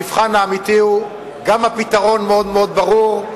המבחן האמיתי הוא גם הפתרון המאוד-ברור.